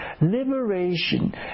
liberation